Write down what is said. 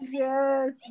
yes